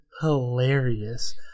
hilarious